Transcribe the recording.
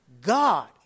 God